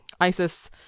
ISIS